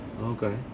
Okay